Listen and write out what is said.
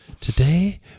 Today